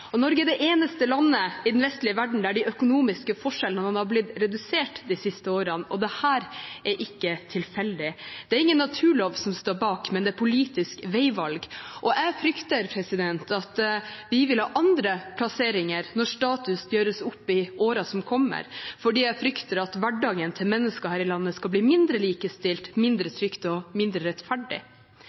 Og Norge er det eneste landet i den vestlige verden der de økonomiske forskjellene har blitt redusert de siste årene. Dette er ikke tilfeldig. Det er ingen naturlov som står bak, dette er politiske veivalg. Jeg frykter at vi vil ha andre plasseringer når status gjøres opp i årene som kommer, for jeg frykter at hverdagen til mennesker her i landet skal bli mindre likestilt, mindre trygg og mindre rettferdig.